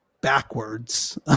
backwards